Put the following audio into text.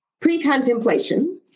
pre-contemplation